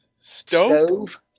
Stove